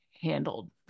handled